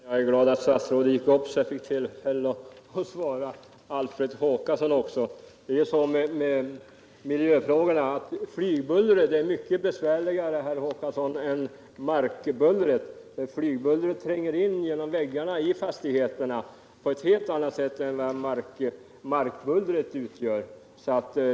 Herr talman! Jag är glad för att statsrådet tog till orda igen, så att jag också fick tillfälle att svara Alfred Håkansson. Det är så med miljöfrågorna, Alfred Håkansson, att flygbullret är mycket besvärligare än markbullret. Flygbuller tränger in genom fastigheternas väggar på ett helt annat sätt än vad markbullret gör.